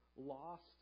lost